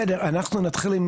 נתחיל עם